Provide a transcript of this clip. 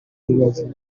rubavu